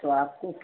तो आपको